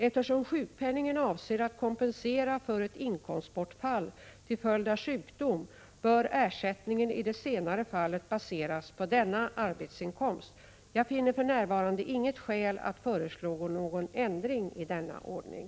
Eftersom sjukpenningen avser att kompensera för ett inkomstbortfall till följd av sjukdom bör ersättningen i det senare fallet baseras på denna arbetsinkomst. Jag finner för närvarande inget skäl att föreslå någon ändring i denna ordning.